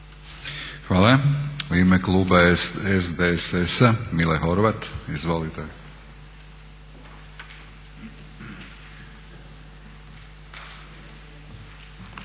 Hvala. U ime kluba SDSS-a Mile Horvat. Izvolite.